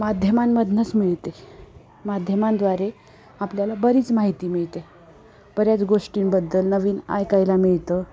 माध्यमांमधूनच मिळते माध्यमांद्वारे आपल्याला बरीच माहिती मिळते बऱ्याच गोष्टींबद्दल नवीन ऐकायला मिळतं